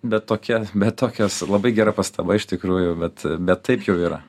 bet tokia bet tokios labai gera pastaba iš tikrųjų bet bet taip jau yra